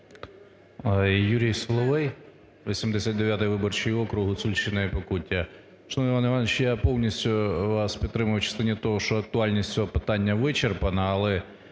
Юрій Соловей, 89 виборчий округ, Гуцульщина і Покуття. Шановний Іван Іванович, я повністю вас підтримую в частині того, що актуальність цього питання вичерпана. Але